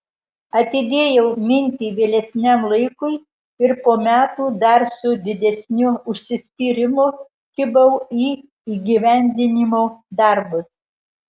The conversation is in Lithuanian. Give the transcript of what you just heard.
atidėjau mintį vėlesniam laikui ir po metų dar su didesniu užsispyrimu kibau į įgyvendinimo darbus